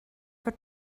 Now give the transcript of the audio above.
for